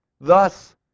Thus